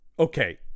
Okay